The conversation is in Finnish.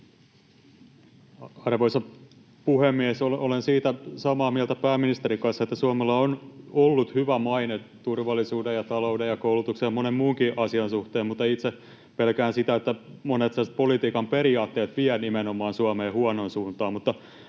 Arvoisa puhemies! Olen siitä samaa mieltä pääministerin kanssa, että Suomella on ollut hyvä maine turvallisuuden ja talouden ja koulutuksen ja monen muunkin asian suhteen, mutta itse pelkään, että monet politiikan periaatteet vievät Suomea huonoon suuntaan.